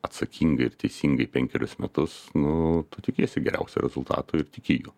atsakingai ir teisingai penkerius metus nu tu tikiesi geriausio rezultato ir tiki juo